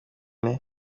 undi